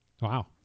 Wow